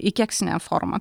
į keksinę formą